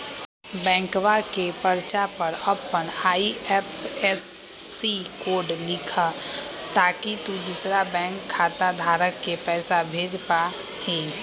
बैंकवा के पर्चा पर अपन आई.एफ.एस.सी कोड लिखा ताकि तु दुसरा बैंक खाता धारक के पैसा भेज पा हीं